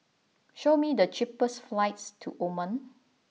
show me the cheapest flights to Oman